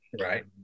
Right